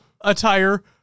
attire